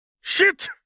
Shit